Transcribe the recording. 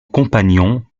compagnon